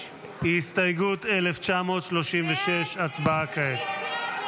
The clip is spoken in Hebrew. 1936. הסתייגות 1936, הצבעה כעת.